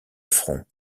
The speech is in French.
front